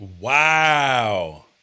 Wow